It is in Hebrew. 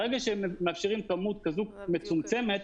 ברגע שמאפשרים כמות כזאת מצומצמת,